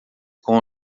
com